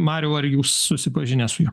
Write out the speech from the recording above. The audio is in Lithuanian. mariau ar jūs susipažinęs su juo